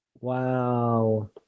Wow